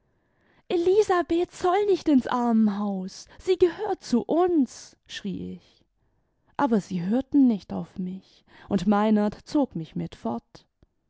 elisabeth soll nicht ins armenhaus sie gehört zu uns schrie ich aber sie hörten nicht auf mich und meinert zog mich mit fort